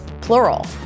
plural